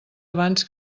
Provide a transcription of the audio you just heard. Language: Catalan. abans